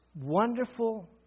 wonderful